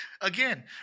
Again